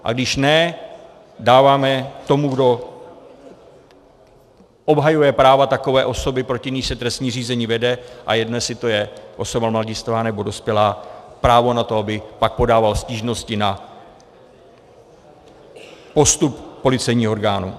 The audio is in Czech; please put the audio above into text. A když ne, dáváme tomu, kdo obhajuje práva takové osoby, proti níž se trestní řízení vede, a je jedno, jestli to je osoba mladistvá, nebo dospělá, právo na to, aby pak podával stížnosti na postup policejního orgánu.